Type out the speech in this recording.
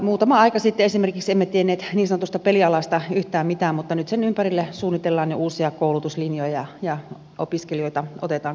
muutama aika sitten esimerkiksi emme tienneet niin sanotusta pelialasta yhtään mitään mutta nyt sen ympärille suunnitellaan jo uusia koulutuslinjoja ja opiskelijoita otetaan koulutukseen